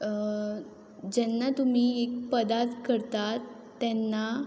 जेन्ना तुमी एक पदार्थ करतात तेन्ना